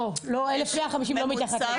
לא, 1,150 לא מתחת לגיל שמונה.